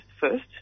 first